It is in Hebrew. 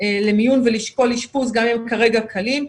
למיון ולשקול אשפוז גם אם הם כרגע קלים.